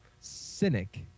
Cynic